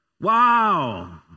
Wow